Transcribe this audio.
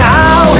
Now